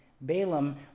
Balaam